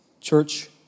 Church